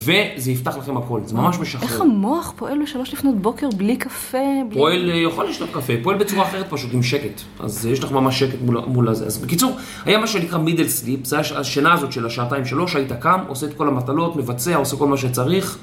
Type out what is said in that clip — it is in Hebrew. וזה יפתח לכם הכל, זה ממש משחרר. איך המוח פועל בשלוש לפנות בוקר בלי קפה? פועל יכול לשלוח קפה, פועל בצורה אחרת פשוט עם שקט. אז יש לך ממש שקט מול הזה. אז בקיצור, היה מה שנקרא מידל סליפ, זה השינה הזאת של השעתיים שלוש, היית קם, עושה את כל המטלות, מבצע, עושה כל מה שצריך.